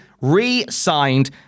re-signed